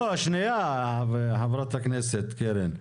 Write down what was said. לא, שנייה חברת הכנסת קרן.